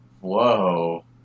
Whoa